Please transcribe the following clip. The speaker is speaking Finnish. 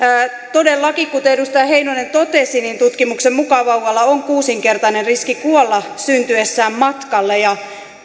todellakin kuten edustaja heinonen totesi tutkimuksen mukaan vauvalla on kuusinkertainen riski kuolla syntyessään matkalla